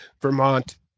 Vermont